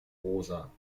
rosa